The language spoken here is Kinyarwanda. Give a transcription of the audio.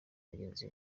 bagenzi